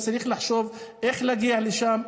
וצריך לחשוב איך להגיע לשם,